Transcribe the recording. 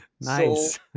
Nice